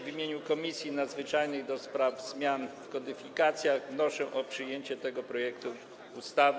W imieniu Komisji Nadzwyczajnej do spraw zmian w kodyfikacjach wnoszę o przyjęcie tego projektu ustawy.